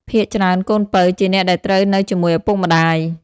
ភាគច្រើន កូនពៅ ជាអ្នកដែលត្រូវនៅជាមួយឪពុកម្តាយ។